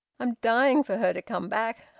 i'm dying for her to come back.